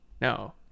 no